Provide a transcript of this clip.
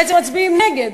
בעצם מצביעים נגד?